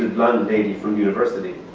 lady from university,